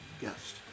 guest